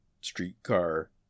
streetcar